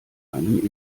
einem